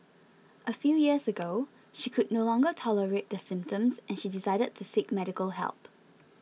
a few years ago she could no longer tolerate the symptoms and she decided to seek medical help